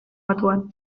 batuan